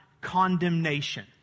condemnation